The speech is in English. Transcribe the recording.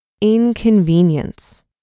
inconvenience